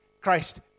Christ